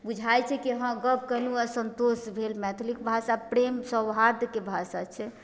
बुझाइ छै कि हँ गप केलहुँ आओर सन्तोष भेल मैथिलीके भाषा प्रेम सौहाद्रके भाषा छै